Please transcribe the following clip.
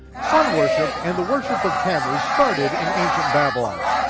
sun worship and the worship of tammuz started in ancient babylon.